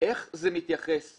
איך זה מתייחס,